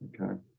Okay